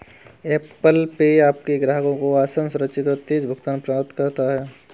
Apple Pay आपके ग्राहकों को आसान, सुरक्षित और तेज़ भुगतान प्रदान करता है